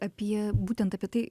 apie būtent apie tai